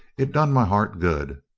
it done my heart good!